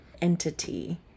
entity